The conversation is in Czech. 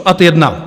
Ad 1.